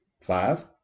Five